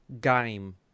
game